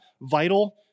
Vital